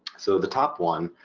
so the top one,